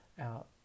out